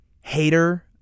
hater